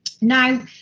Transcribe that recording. Now